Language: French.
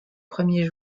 premier